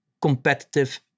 competitive